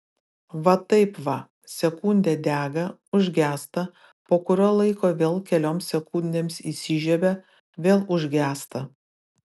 va taip va sekundę dega užgęsta po kurio laiko vėl kelioms sekundėms įsižiebia vėl užgęsta